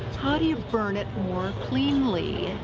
how do you burn it more cleanly?